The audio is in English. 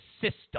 system